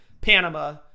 Panama